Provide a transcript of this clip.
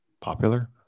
popular